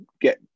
get